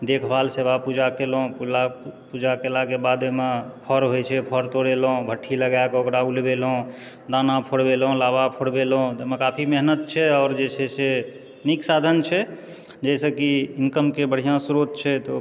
देखभाल सेवा पूजा केलहुँ पूजा केलाक बाद ओहिमे फड़ होइत छै फर तोड़ेलहुँ भठ्ठी लगाएकऽ ओकर उलबेलहुँ दाना फोरबेलहुँ लाबा तऽ एहिमे काफी फोरबेलहुँ मेहनत छै आओर जे छै से नीक साधन छै जाहिसँ की इनकमके बढ़िआँ स्रोत छै तऽ ओ